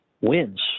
wins